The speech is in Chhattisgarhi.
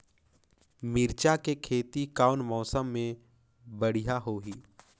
मिरचा के खेती कौन मौसम मे बढ़िया होही?